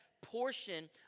portion